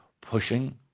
pushing